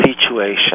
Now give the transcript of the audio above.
situation